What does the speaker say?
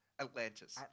Atlantis